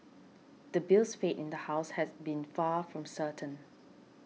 the bill's fate in the House had been far from certain